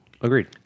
Agreed